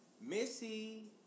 Missy